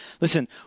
Listen